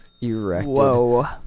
Whoa